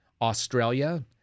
Australia